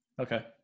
okay